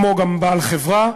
וגם נגד בעל חברה,